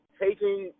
taking